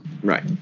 right